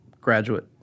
graduate